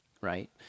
right